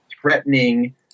threatening